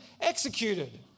executed